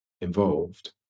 involved